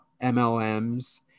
mlms